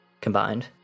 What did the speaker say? combined